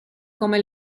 come